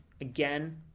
again